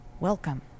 welcome